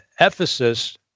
Ephesus